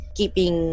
keeping